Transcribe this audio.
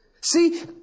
See